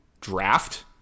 draft